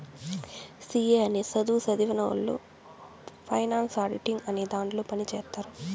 C A అనే సధువు సదివినవొళ్ళు ఫైనాన్స్ ఆడిటింగ్ అనే దాంట్లో పని చేత్తారు